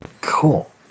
Cool